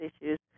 issues